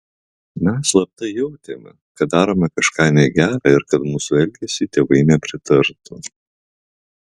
mes slapta jautėme kad darome kažką negera ir kad mūsų elgesiui tėvai nepritartų